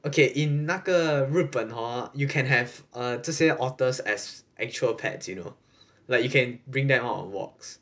okay in 那个日本 hor you can have a 这些 otters as actual pets you know like you can bring them out on walks